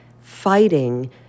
fighting